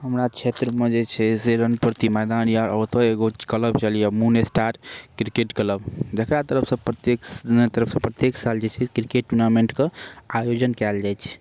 हमरा क्षेत्रमे जे छै से रनप्रति मैदान अइ आओर ओतऽ एगो क्लब चलैए मून स्टार किरकेट क्लब जकरा तरफसँ प्रत्येक तरफसँ प्रत्येक साल जे छै से किरकेट टूर्नामेन्टके आयोजन कएल जाइ छै